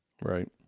right